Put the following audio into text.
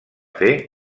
fer